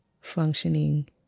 functioning